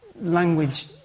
Language